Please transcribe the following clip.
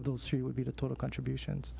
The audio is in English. of those three would be the total contributions